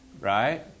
Right